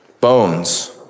Bones